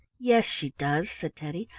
yes, she does, said teddy.